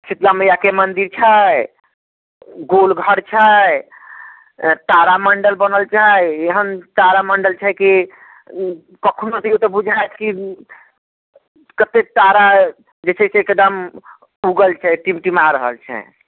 शीतला मइयाके मन्दिर छै गोल घर छै तारामण्डल बनल छै एहन तारामण्डल छै कि कखनो जइयौ तऽ बुझायत कि कतेक तारा जे छै से एकदम उगल छै टिमटिमा रहल छै